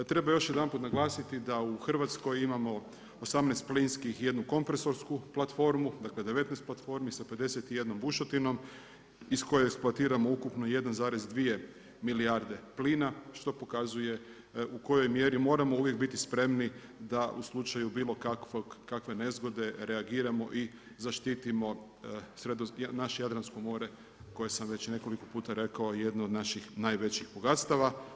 Treba još jedanput naglasiti da u Hrvatskoj imamo 18 plinskih i jednu kompresorsku platformu, dakle 19 platformi sa 51 bušotinom iz koje eksploatiramo ukupno 1,2 milijarde plina što pokazuje u kojoj mjeri moramo uvijek biti spremni da u slučaju bilo kakve nezgode reagiramo i zaštitimo naše Jadransko more koje sam već i nekoliko puta rekao jedno od naših najvećih bogatstava.